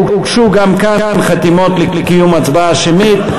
הוגשו גם כאן חתימות לקיום הצבעה שמית.